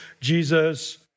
Jesus